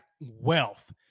wealth